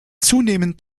zunehmend